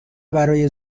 برای